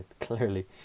clearly